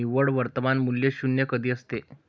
निव्वळ वर्तमान मूल्य शून्य कधी असते?